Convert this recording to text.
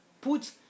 put